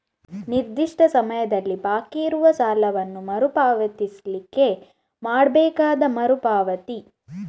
ನಿರ್ದಿಷ್ಟ ಸಮಯದಲ್ಲಿ ಬಾಕಿ ಇರುವ ಸಾಲವನ್ನ ಮರು ಪಾವತಿಸ್ಲಿಕ್ಕೆ ಮಾಡ್ಬೇಕಾದ ಮರು ಪಾವತಿ